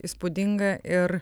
įspūdinga ir